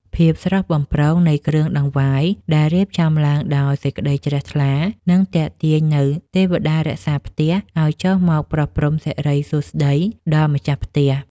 ភាពស្រស់បំព្រងនៃគ្រឿងដង្វាយដែលរៀបចំឡើងដោយសេចក្តីជ្រះថ្លានឹងទាក់ទាញនូវទេវតារក្សាផ្ទះឱ្យចុះមកប្រោះព្រំសិរីសួស្តីដល់ម្ចាស់ផ្ទះ។